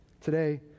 Today